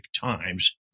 times